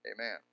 amen